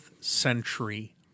century